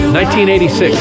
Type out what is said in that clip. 1986